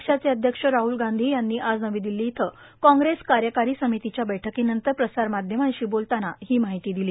पक्षाचे अध्यक्ष राहल गांधी यांनी आज नवी दिल्ली इथं कांग्रेस कार्यकारी समितीच्या बैठकीनंतर प्रसारमाध्यमांशी बोलताना ही माहिती दिली